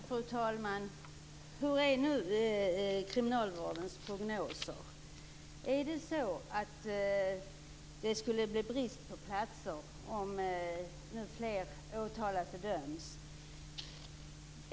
Fru talman! Hur ser kriminalvårdens prognoser ut? Är det så att det kommer att bli brist på platser om fler åtalas och döms?